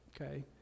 Okay